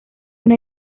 una